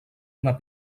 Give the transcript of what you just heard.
una